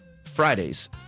Fridays